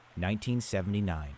1979